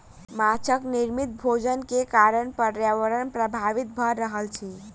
माँछक निर्मित भोजन के कारण पर्यावरण प्रभावित भ रहल अछि